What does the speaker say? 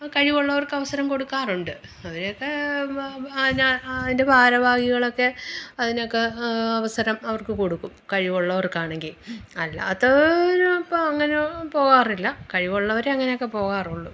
അ കഴിവുള്ളവർക്ക് അവസരം കൊടുക്കാറുണ്ട് അവരെയൊക്കെ ആ ഞാൻ അതിൻ്റെ ഭാരവാഹികളൊക്കെ അതിനൊക്കെ അവസരം അവർക്ക് കൊടുക്കും കഴിവുള്ളവർക്കാണെങ്കിൽ അല്ലാത്ത വരും അപ്പം അങ്ങനെ പോകാറില്ല കഴിവുള്ളവരെ അങ്ങനെയൊക്കെ പോകാറുള്ളു